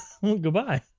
Goodbye